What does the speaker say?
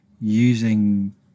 using